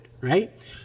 right